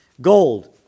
Gold